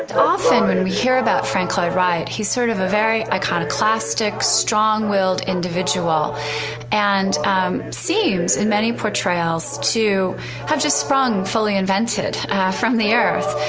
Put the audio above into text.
often when we hear about frank lloyd wright, he's sort of a very iconoclastic strong willed individual and seems in many portrayals to have just sprung fully invented from the earth,